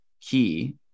Key